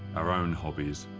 our own hobbies.